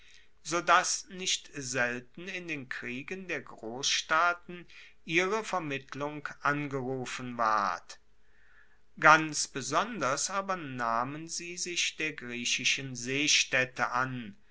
dass nicht selten in den kriegen der grossstaaten ihre vermittlung angerufen ward ganz besonders aber nahmen sie sich der griechischen seestaedte an